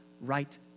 right